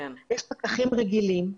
יש פקחים רגילים,